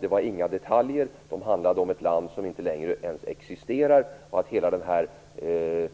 Det var inte fråga om några detaljer. Uttalandena handlar om ett land som inte ens existerar längre.